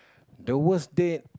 the worst date